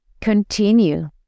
continue